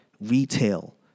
retail